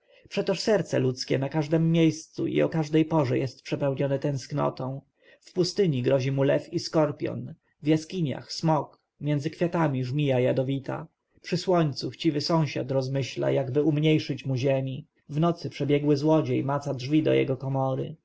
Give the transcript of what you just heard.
przetoż serce ludzkie na każdem miejscu i o każdej porze jest przepełnione tęsknością w pustyni grozi mu lew i skorpion w jaskiniach smok między kwiatami żmija jadowita przy słońcu chciwy sąsiad rozmyśla jakby umniejszyć mu ziemi w nocy przebiegły złodziej maca drzwi do jego komory